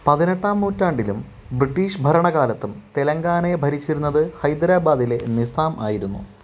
പതിനെട്ടാം നൂറ്റാണ്ടിലും ബ്രിട്ടീഷ് ഭരണകാലത്തും തെലങ്കാനയെ ഭരിച്ചിരുന്നത് ഹൈദരാബാദിലെ നിസാം ആയിരുന്നു